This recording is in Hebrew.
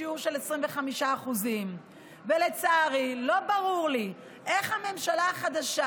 בשיעור של 25%. לצערי לא ברור לי איך הממשלה החדשה